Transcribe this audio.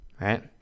right